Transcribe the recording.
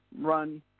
run